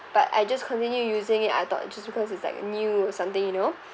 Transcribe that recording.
but I just continue using it I thought it just because it's like new or something you know